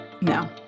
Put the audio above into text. No